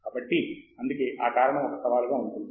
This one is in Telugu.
కాబట్టి అందుకే ఆ కారణం ఒక సవాలుగా ఉంటుంది